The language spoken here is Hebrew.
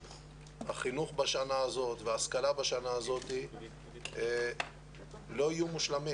שהחינוך בשנה הזאת וההשכלה בשנה הזאת לא יהיו מושלמים